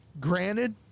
granted